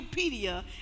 Wikipedia